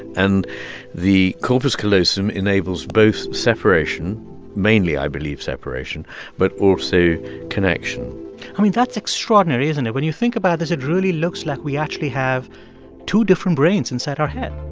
and the corpus callosum enables both separation mainly, i believe, separation but also connection i mean, that's extraordinary, isn't it? when you think about this, it really looks like we actually have two different brains inside our head